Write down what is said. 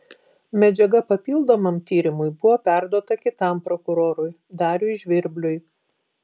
medžiaga papildomam tyrimui buvo perduota kitam prokurorui dariui žvirbliui